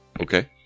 okay